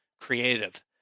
creative